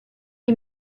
die